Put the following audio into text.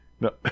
No